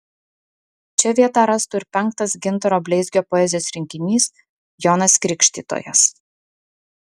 čia vietą rastų ir penktas gintaro bleizgio poezijos rinkinys jonas krikštytojas